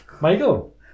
Michael